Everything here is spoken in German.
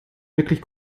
wirklich